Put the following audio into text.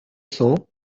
cents